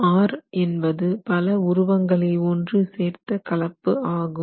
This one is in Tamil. R என்பது பல உருவங்களை ஒன்று சேர்த்து கலப்பு ஆகும்